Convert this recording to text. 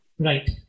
Right